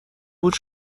بود